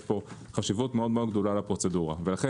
יש פה חשיבות מאוד גדולה לפרוצדורה ולכן